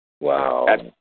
Wow